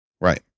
Right